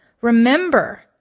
Remember